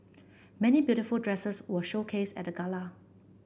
many beautiful dresses were showcased at the Gala